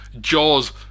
jaws